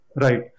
Right